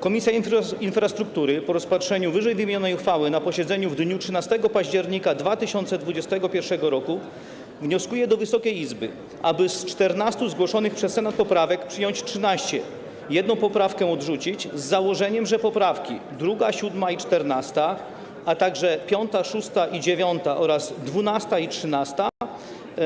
Komisja Infrastruktury, po rozpatrzeniu wyżej wymienionej uchwały na posiedzeniu w dniu 13 października 2021 r., wnioskuje do Wysokiej Izby, aby z 14 zgłoszonych przez Senat poprawek przyjąć 13 i jedną poprawkę odrzucić, z założeniem, że poprawki: 2., 7. i 14., a także 5., 6. i 9. oraz 12. i 13.